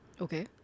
Okay